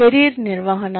career నిర్వహణ